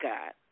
God